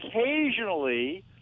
occasionally